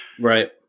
Right